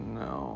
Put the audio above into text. no